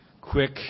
quick